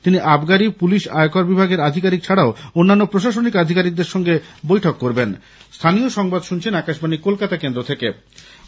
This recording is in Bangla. তিনি আবগারি পুলিশ আয়কর বিভাগের আধিকারিক ছাড়াও অন্যান্য প্রশাসনিক আধিকারিকদের সঙ্গে বৈঠক করবেন